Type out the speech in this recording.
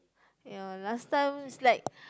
ya last time is like